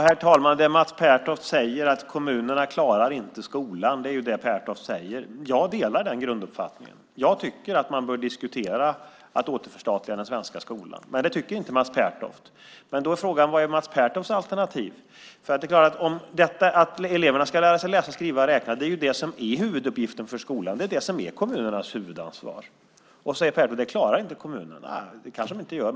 Herr talman! Mats Pertoft säger att kommunerna inte klarar skolan. Jag delar den grunduppfattningen. Jag tycker att man bör diskutera att återförstatliga den svenska skolan. Men det tycker inte Mats Pertoft. Då är frågan vilket Mats Pertofts alternativ är. Att eleverna ska lära sig att läsa, skriva och räkna är huvuduppgiften för skolan. Det är det som är kommunernas huvudansvar. Mats Pertoft säger att kommunerna inte klarar det. Det kanske de inte gör.